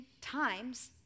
times